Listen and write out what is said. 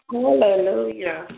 Hallelujah